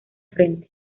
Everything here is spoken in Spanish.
frente